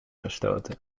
gestoten